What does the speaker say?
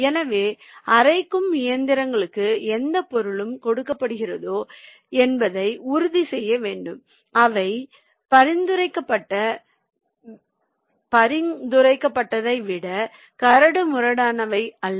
எனவே அரைக்கும் இயந்திரங்களுக்கு எந்தப் பொருளும் கொடுக்கப்படுகிறதா என்பதை உறுதி செய்ய வேண்டும் அவை பரிந்துரைக்கப்பட்டதை விட கரடுமுரடானவை அல்ல